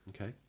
Okay